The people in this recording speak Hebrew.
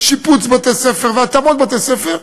שיפוץ בתי-ספר והתאמות בתי-ספר,